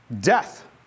Death